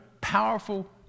powerful